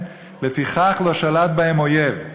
לפיכך לא שלט בהם אויב,